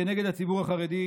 נגד הציבור החרדי,